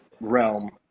realm